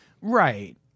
Right